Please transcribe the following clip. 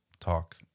talk